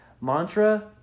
Mantra